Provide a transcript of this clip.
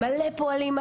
מלא פועלים,